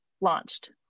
launched